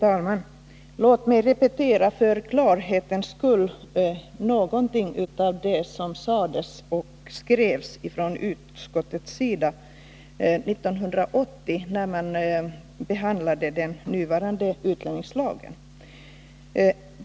Fru talman! Låt mig för klarhetens skull repetera något av vad som sades och skrevs av utskottet 1980, när man behandlade den nuvarande utlänningslagen.